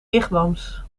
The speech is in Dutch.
wigwams